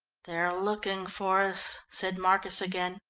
they're looking for us, said marcus again.